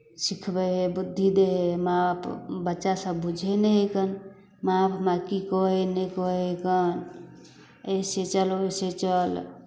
सिखबै हइ बुद्धि दै हइ माँ बाप बच्चासभ बुझै नहि हइ कन माँ बाप हमरा की कहै हइ नहि कहै हइ कन अइसे चल वइसे चल